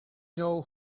know